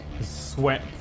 Sweat